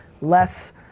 less